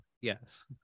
Yes